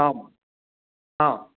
आम् आम्